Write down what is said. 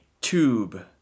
tube